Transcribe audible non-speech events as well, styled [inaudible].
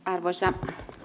[unintelligible] arvoisa